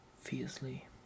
fiercely